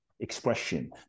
expression